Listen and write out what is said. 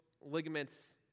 ligaments